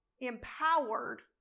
empowered